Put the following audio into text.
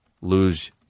lose